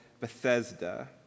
Bethesda